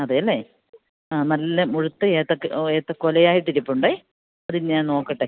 അതെയല്ലേ ആ നല്ല മുഴുത്ത ഏത്തക്ക ഓ ഏത്തക്കൊലയായിട്ട് ഇരിപ്പുണ്ട് അത് ഞാൻ നോക്കട്ടെ